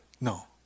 No